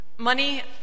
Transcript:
Money